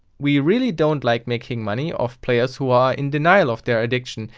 we really don't like making money off players who are in denial of their addiction.